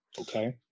Okay